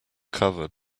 covered